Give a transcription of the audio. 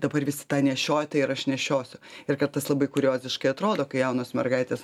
dabar visi tą nešioja tai ir aš nešiosiu ir kartais labai kurioziškai atrodo kai jaunos mergaitės